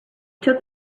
took